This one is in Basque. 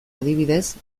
adibidez